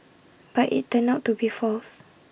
but IT turned out to be false